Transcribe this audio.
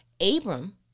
Abram